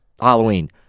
Halloween